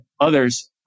others